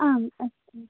आम् अस्तु